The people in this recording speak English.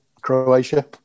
Croatia